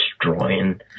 destroying